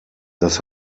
das